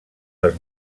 les